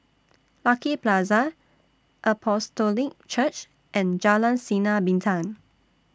Lucky Plaza Apostolic Church and Jalan Sinar Bintang